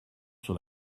sur